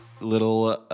little